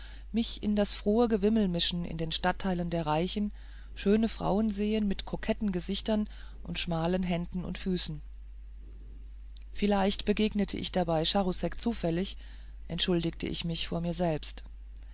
mich in das frohe gewimmel mischen in den stadtteilen der reichen schöne frauen sehen mit koketten gesichtern und schmalen händen und füßen vielleicht begegnete ich dabei charousek zufällig entschuldigte ich mich vor mir selbst